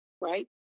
right